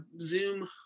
Zoom